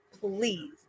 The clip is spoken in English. please